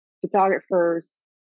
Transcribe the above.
photographers